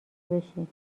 بشین